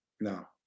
No